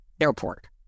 Airport